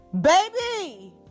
Baby